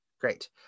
great